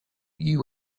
you